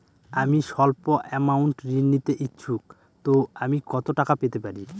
আমি সল্প আমৌন্ট ঋণ নিতে ইচ্ছুক তো আমি কত টাকা পেতে পারি?